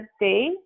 day